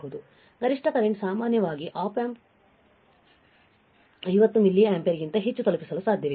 ಗರಿಷ್ಠ ಕರೆಂಟ್ ಸಾಮಾನ್ಯವಾಗಿ op amp 50 milli ampere ಗಿಂತ ಹೆಚ್ಚು ತಲುಪಿಸಲು ಸಾಧ್ಯವಿಲ್ಲ